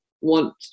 want